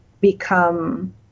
become